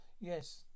yes